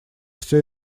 всё